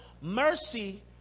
mercy